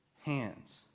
hands